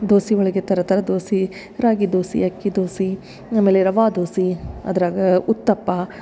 ದೋಸೆ ಒಳಗೆ ಥರ ಥರ ದೋಸೆ ರಾಗಿ ದೋಸೆ ಅಕ್ಕಿ ದೋಸೆ ಆಮೇಲೆ ರವಾ ದೋಸೆ ಅದ್ರಾಗ ಉತ್ತಪ್ಪ